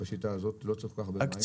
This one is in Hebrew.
בשיטה הזאת לא צריך הרבה מים,